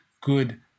good